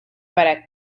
para